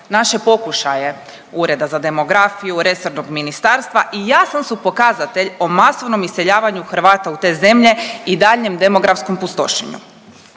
naše pokušaje Ureda za demografiju resornog ministarstva i jasan su pokazatelj o masovnom iseljavanju Hrvata u te zemlje i daljnjem demografskom pustošenju.